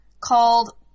called